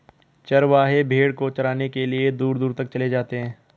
चरवाहे भेड़ को चराने के लिए दूर दूर तक चले जाते हैं